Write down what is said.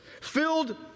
Filled